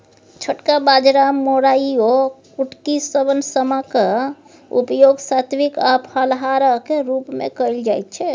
छोटका बाजरा मोराइयो कुटकी शवन समा क उपयोग सात्विक आ फलाहारक रूप मे कैल जाइत छै